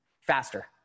faster